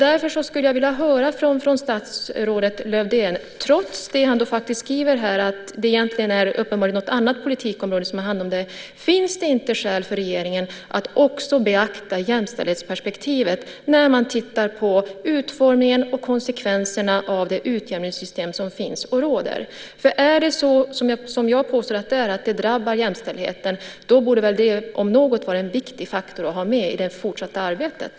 Därför skulle jag vilja höra från statsrådet Lövdén, trots det han skriver om att det uppenbarligen är något annat politikområde som egentligen har hand om detta: Finns det inte skäl för regeringen att också beakta jämställdhetsperspektivet när man tittar på utformningen och konsekvenserna av det utjämningssystem som finns och råder? Är det som jag påstår, nämligen att det drabbar jämställdheten, borde väl det om något vara en viktig faktor att ha med i det fortsatta arbetet.